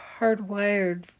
hardwired